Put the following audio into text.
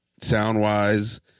sound-wise